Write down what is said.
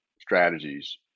strategies